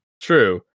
True